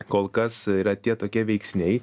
kol kas yra tie tokie veiksniai